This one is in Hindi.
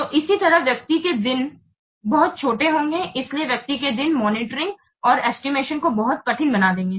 तो इसी तरह व्यक्ति के दिन बहुत छोटे होंगे इसलिए व्यक्ति के दिन मॉनिटरिंग और एस्टिमेशन को बहुत कठिन बना देंगे